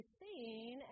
seen